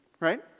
Right